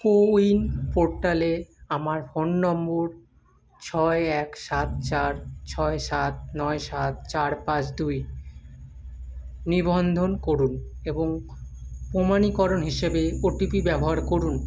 CoWIN পোর্টালে আমার phone number ছয় এক সাত চার ছয় সাত নয় সাত চার পাঁচ দুই নিবন্ধন করুন এবং প্রমাণীকরণ হিসেবে ও টি পি ব্যবহার করুন